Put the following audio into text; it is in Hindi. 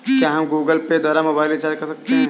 क्या हम गूगल पे द्वारा मोबाइल रिचार्ज कर सकते हैं?